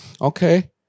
Okay